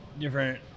different